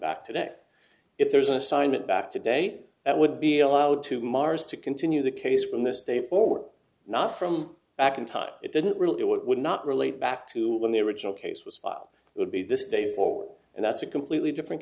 back today if there's an assignment back today that would be allowed to mars to continue the case from this day forward not from back in time it didn't rule it would not relate back to when the original case was filed would be this day forward and that's a completely different